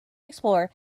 explorer